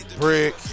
Brick